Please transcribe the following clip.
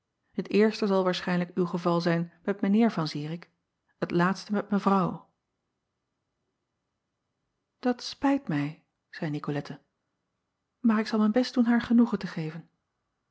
et eerste zal waarschijnlijk uw geval zijn met mijn eer van irik het laatste met evrouw at spijt mij zeî icolette maar ik zal mijn best doen haar genoegen te geven